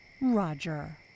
Roger